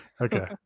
Okay